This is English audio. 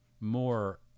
more